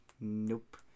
Nope